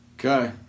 okay